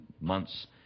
months